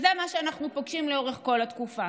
זה מה שאנחנו פוגשים לאורך כל התקופה.